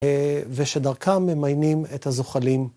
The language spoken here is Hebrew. ושדרכם ממיינים את הזוחלים.